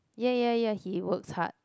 ya ya ya he works hard